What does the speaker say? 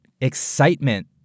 excitement